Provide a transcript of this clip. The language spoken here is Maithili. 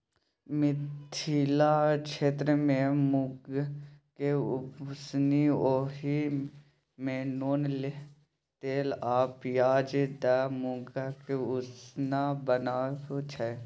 मिथिला क्षेत्रमे मुँगकेँ उसनि ओहि मे नोन तेल आ पियाज दए मुँगक उसना बनाबै छै